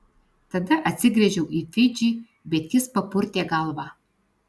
tada atsigręžiau į fidžį bet jis papurtė galvą